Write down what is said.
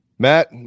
Matt